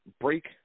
break